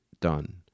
Done